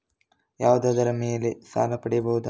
ಯಾವುದರ ಮೇಲೆ ಸಾಲ ಪಡೆಯಬಹುದು?